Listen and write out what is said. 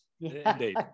Indeed